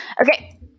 Okay